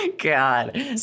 God